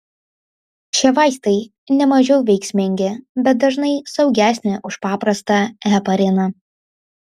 šie vaistai nemažiau veiksmingi bet dažnai saugesni už paprastą hepariną